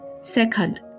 Second